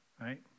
right